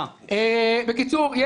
בקיצור,